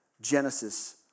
Genesis